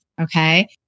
okay